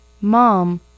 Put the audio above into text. Mom